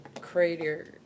crater